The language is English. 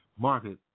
market